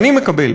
אני מקבל,